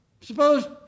Suppose